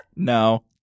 no